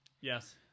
Yes